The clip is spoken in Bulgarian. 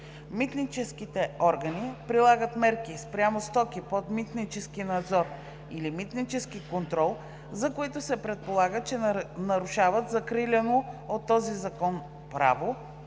Митническите органи прилагат мерки спрямо стоки под митнически надзор или митнически контрол, за които се предполага, че нарушават закриляно от този закон право,